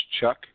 Chuck